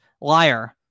Liar